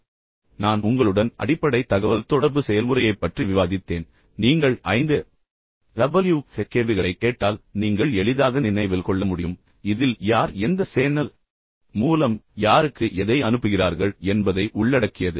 பின்னர் நான் உங்களுடன் அடிப்படை தகவல்தொடர்பு செயல்முறையைப் பற்றி விவாதித்தேன் நீங்கள் ஐந்து WH கேள்விகளைக் கேட்டால் நீங்கள் எளிதாக நினைவில் கொள்ள முடியும் இதில் யார் எந்த சேனல் மூலம் யாருக்கு எதை அனுப்புகிறார்கள் என்பதை உள்ளடக்கியது